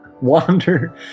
Wander